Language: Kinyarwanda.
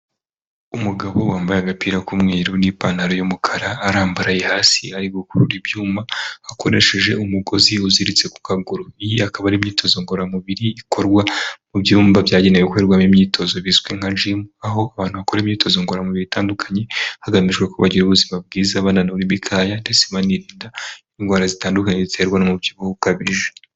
Umugabo wambaye agapira k'umweru n'ipantaro y'umukara, arambaraye hasi ari gukurura ibyuma, akoresheje umugozi uziritse ku kaguru ,iyi akaba ari imyitozo ngororamubiri ikorwa mu byumba byagenewe gukorerwamo imyitozo bizwi nka jimu, aho abantu bakora imyitozo ngororamubiri itandukanye hagamijwe ko bagira ubuzima bwiza, bananura imikaya ndetse banirinda indwara zitandukanye ziterwa n'umubyibuho ukabije.